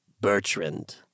Bertrand